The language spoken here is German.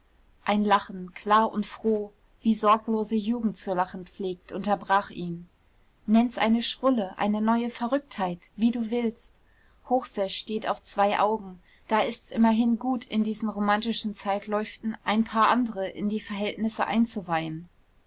ein lachen klar und froh wie sorglose jugend zu lachen pflegt unterbrach ihn nenn's eine schrulle eine neue verrücktheit wie du willst hochseß steht auf zwei augen da ist's immerhin gut in diesen romantischen zeitläuften ein paar andere in die verhältnisse einzuweihen